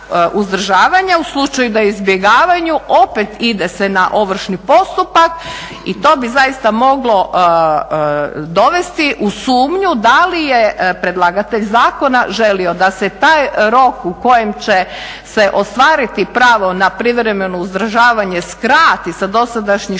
u slučaju da izbjegavaju opet ide se na ovršni postupak i to bi zaista moglo dovesti u sumnju da li je predlagatelj zakona želio da se taj rok u kojem će se ostvariti pravo na privremeno uzdržavanje skrati sa dosadašnjih 6